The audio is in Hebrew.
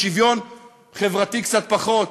בשוויון חברתי קצת פחות.